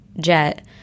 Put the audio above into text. jet